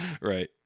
Right